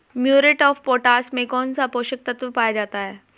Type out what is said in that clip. Muriate of potash में कौन सा पोषक तत्व पाया जाता है?